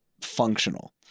functional